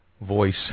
voice